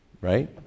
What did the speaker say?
Right